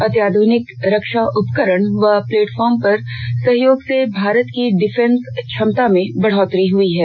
अत्याधुनिक रक्षा उपकरण व प्लेटफार्म पर सहयोग से भारत की डिफेंस क्षमता में बढ़ोतरी हई है